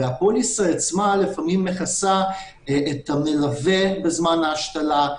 והפוליסה עצמה לפעמים מכסה את המלווה בזמן ההשתלה,